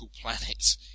planet